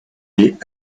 est